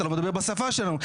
אתה לא מדבר בשפה שלנו.